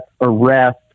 arrest